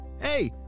Hey